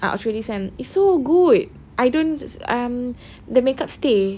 ah Australis kan it's so good I don't um the makeup stay